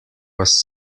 was